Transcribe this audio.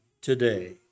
today